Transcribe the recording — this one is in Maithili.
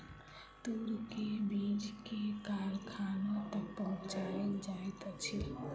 तूर के बीछ के कारखाना तक पहुचौल जाइत अछि